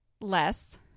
less